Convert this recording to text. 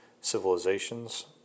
civilizations